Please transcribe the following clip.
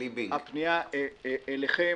הפנייה היא אליכם.